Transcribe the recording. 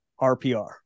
RPR